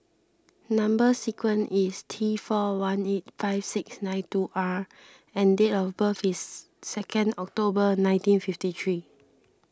Number Sequence is T four one eight five six nine two R and date of birth is second October nineteen fifty three